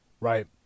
right